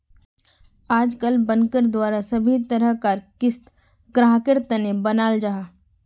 आजकल बनकर द्वारा सभी तरह कार क़िस्त ग्राहकेर तने बनाल जाहा